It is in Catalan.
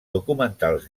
documentals